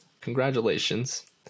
Congratulations